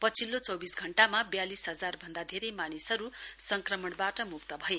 पछिल्लो चौविस घण्टामा वयालिस हजार भन्दा धेरै मानिसहरु संक्रमणबाट मुक्त भए